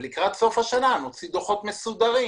לקראת סוף השנה נוציא דוחות מסודרים